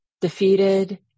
defeated